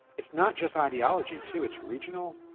it's not just ideology too. it's regional.